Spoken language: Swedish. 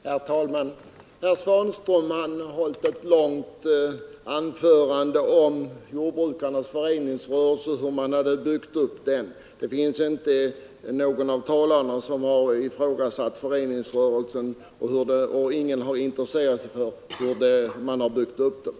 Herr talman! Herr Svanström har hållit ett långt anförande om jordbrukarnas föreningsrörelse och hur man byggt upp den. Ingen av talarna har ifrågasatt föreningsrörelsen, och ingen har intresserat sig för hur man byggt upp den.